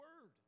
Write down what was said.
word